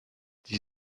die